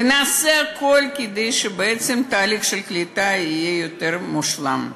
ונעשה הכול כדי שתהליך הקליטה יהיה בעצם יותר מושלם.